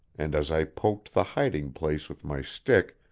and as i poked the hiding-place with my stick,